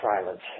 silence